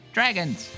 Dragons